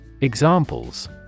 Examples